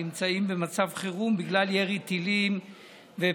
נמצאים במצב חירום בגלל ירי טילים ופצצות